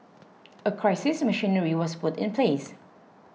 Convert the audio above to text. a crisis machinery was put in place